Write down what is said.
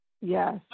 Yes